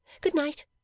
good-night